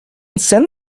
send